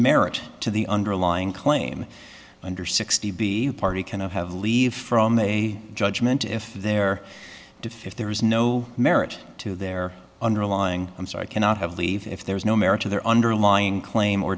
merit to the underlying claim under sixty b party cannot have leave from a judgment if there to fifth there is no merit to their underlying i'm sorry cannot have leave if there is no merit to their underlying claim or